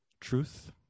truth